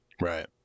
Right